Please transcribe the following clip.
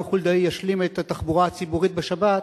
חולדאי ישלים את התחבורה הציבורית בשבת,